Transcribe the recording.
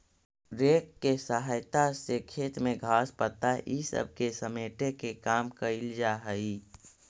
rake के सहायता से खेत में घास, पत्ता इ सब के समेटे के काम कईल जा हई